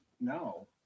No